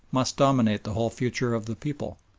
must dominate the whole future of the people.